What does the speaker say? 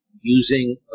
using